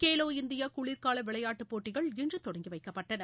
Khelo India குளிர்கால விளையாட்டுப்போட்டிகள் இன்று தொடங்கி வைக்கப்பட்டன